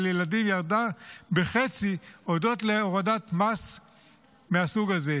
ילדים ירדה בחצי הודות למס מהסוג הזה.